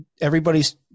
everybody's